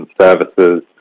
services